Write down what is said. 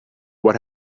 what